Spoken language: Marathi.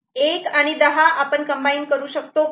एक आणि दहा आपण कम्बाईन करू शकतो का